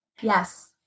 Yes